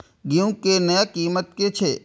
गेहूं के नया कीमत की छे?